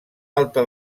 alta